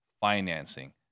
financing